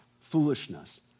foolishness